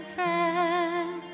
Friend